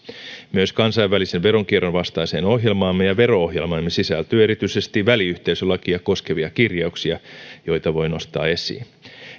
myös kansainvälisen veronkierron vastaiseen ohjelmaamme ja vero ohjelmaamme sisältyy erityisesti väliyhteisölakia koskevia kirjauksia joita voi nostaa esiin